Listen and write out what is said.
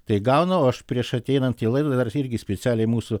tai gauna o aš prieš ateinant į laidą dar irgi specialiai mūsų